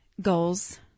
goals